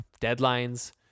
Deadlines